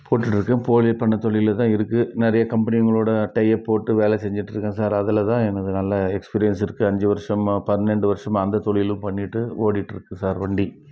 போட்டுட்டுருக்கு கோழிப்பண்ணை தொழிலில் தான் இருக்குது நிறைய கம்பனிங்களோடய டையப் போட்டு வேலை செஞ்சுட்ருக்கன் சார் அதில் தான் எனக்கு நல்ல எக்ஸ்பீரியன்சியிருக்கு அஞ்சு வருஷமாக பன்னெண்டு வருஷமாக அந்த தொழிலும் பண்ணிகிட்டு ஓடிட்டுருக்கு சார் வண்டி